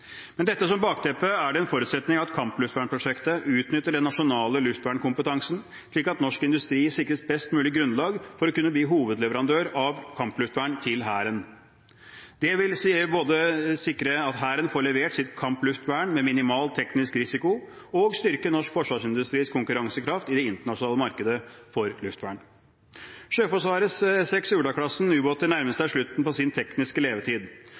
Med dette som bakteppe er det en forutsetning at kampluftvernprosjektet utnytter den nasjonale luftvernkompetansen, slik at norsk industri sikres best mulig grunnlag for å kunne bli hovedleverandør av kampluftvern til Hæren. Det vil både sikre at Hæren får levert sitt kampluftvern med minimal teknisk risiko og styrke norsk forsvarsindustris konkurransekraft i det internasjonale markedet for luftvern. Sjøforsvarets seks Ula-klassen ubåter nærmer seg slutten på sin tekniske levetid.